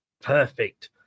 Perfect